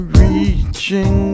reaching